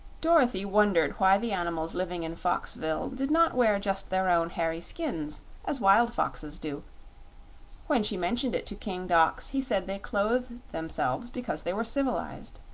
dorothy wondered why the animals living in foxville did not wear just their own hairy skins as wild foxes do when she mentioned it to king dox he said they clothed themselves because they were civilized.